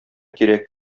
кирәк